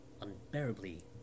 unbearably